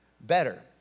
better